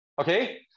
Okay